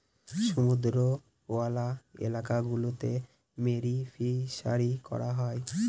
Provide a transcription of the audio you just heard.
সমুদ্রওয়ালা এলাকা গুলোতে মেরিন ফিসারী করা হয়